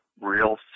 real